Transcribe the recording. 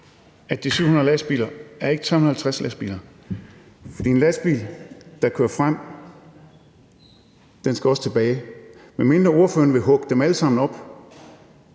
at de 700 lastbiler ikke er 350 lastbiler, for en lastbil, der kører frem, skal også tilbage, medmindre ordføreren vil hugge dem alle sammen op